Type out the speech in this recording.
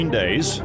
days